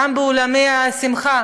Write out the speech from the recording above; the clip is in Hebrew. גם באולמות שמחה.